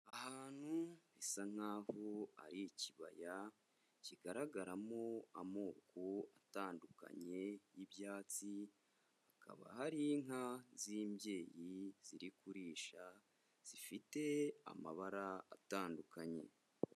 Ahantu bisa nk'aho ari ikibaya kigaragaramo amoko atandukanye y'ibyatsi, hakaba hari inka z'imbyeyi ziri kurisha, zifite amabara atandukanye.